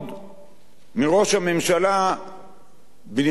מראש הממשלה בנימין נתניהו,